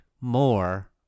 more